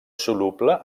soluble